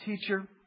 Teacher